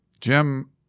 Jim